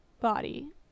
body